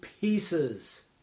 pieces